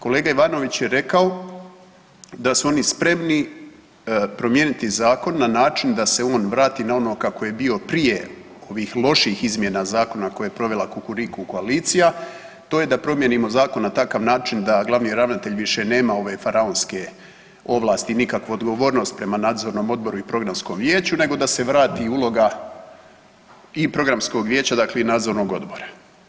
Kolega Ivanović je rekao da su oni spremni promijeniti zakon na način da se on vrati na ono kako je bio prije ovih loših izmjena zakona koje je provela kukuriku koalicija, to je da promijenimo zakon na takav način da glavni ravnatelj više nema ove faraonske ovlasti i nikakvu odgovornost prema Nadzornom odboru i Programskom vijeću, nego da se vrati uloga i Programskog vijeća dakle i Nadzornog odbora.